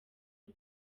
rev